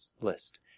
list